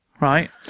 right